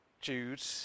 Jude